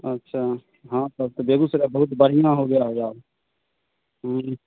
अच्छा हाँ तब तो बेगूसराय बहुत बढ़िया हो गया होगा अब हूं